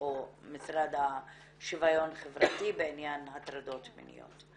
או משרד לשוויון חברתי בעניין הטרדות מיניות.